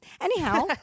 Anyhow